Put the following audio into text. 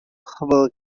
public